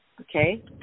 Okay